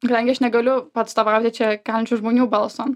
kadangi aš negaliu paatstovauti čia kalinčių žmonių balso